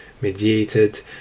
mediated